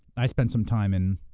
i spent some time and